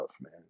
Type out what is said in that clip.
man